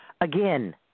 Again